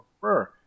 prefer